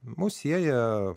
mus sieja